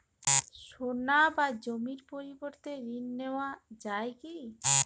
সোনা বা জমির পরিবর্তে ঋণ নেওয়া যায় কী?